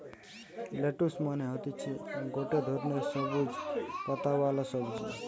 lettuce মানে হতিছে গটে ধরণের সবুজ পাতাওয়ালা সবজি